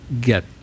get